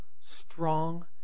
strong